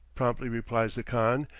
promptly replies the khan,